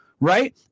right